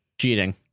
Cheating